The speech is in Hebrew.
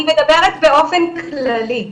אני מדברת באופן כללי,